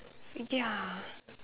ya